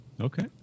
okay